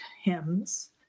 hymns